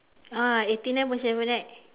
ah eighty nine point seven right